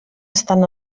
estan